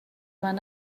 van